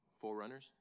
forerunners